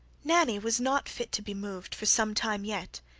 nanny was not fit to be moved for some time yet,